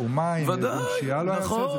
אם ארגון פשיעה לא היה עושה את זה,